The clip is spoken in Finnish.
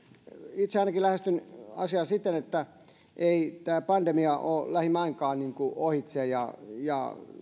itse ainakin lähestyn asiaa siten että ei tämä pandemia ole lähimainkaan ohitse ja ja